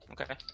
Okay